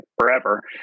forever